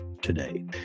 today